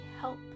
help